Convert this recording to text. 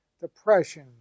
depression